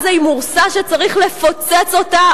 עזה היא מורסה שצריך לפוצץ אותה,